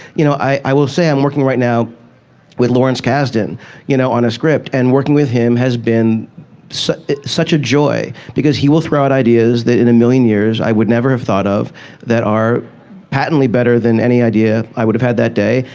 you know, i will say, i'm working right now with lawrence cazden, you know, on a script. and working with him as been such such a joy because he will throw out ideas that in a million years i would never have thought of that are patently better than any idea i would have had that day.